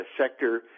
sector